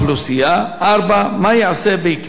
4. מה ייעשה בעקבות הסקר?